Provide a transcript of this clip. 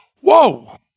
Whoa